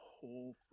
whole